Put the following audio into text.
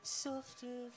softer